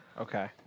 Okay